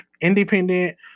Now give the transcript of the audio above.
independent